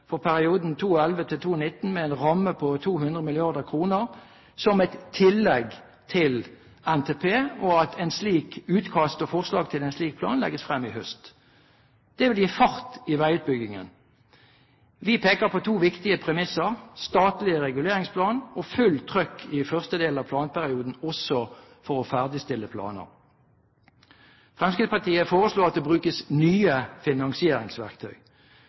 for perioden 2011–2019, med en ramme på 200 mrd. kr, skal være et tillegg til NTP, og at utkast og forslag til en slik plan legges frem i høst. Det vil gi fart i veiutbyggingen. Vi peker på to viktige premisser: statlig reguleringsplan og full trøkk i første del av planperioden også for å ferdigstille planer. Fremskrittspartiet foreslår at det brukes nye finansieringsverktøy.